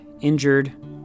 injured